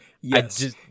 Yes